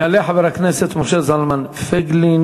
יעלה חבר הכנסת משה זלמן פייגלין,